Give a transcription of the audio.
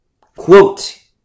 Quote